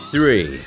Three